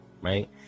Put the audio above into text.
right